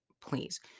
please